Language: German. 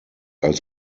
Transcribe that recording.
als